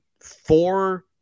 four